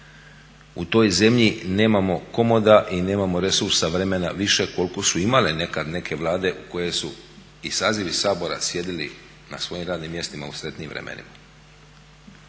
U toj zemlji nemamo komoda i nemamo resursa vremena više koliko su imale nekad neke Vlade u koje su i sazivi Sabora sjedili na svojim radnim mjestima u sretnijim vremenima,